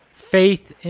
faith